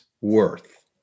Worth